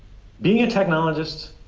being a technologist,